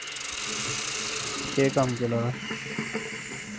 केह् कम्म चला दा